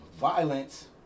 violence